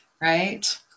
right